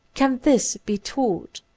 can this be taught?